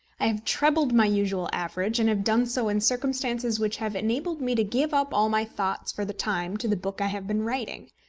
i have trebled my usual average, and have done so in circumstances which have enabled me to give up all my thoughts for the time to the book i have been writing.